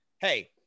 hey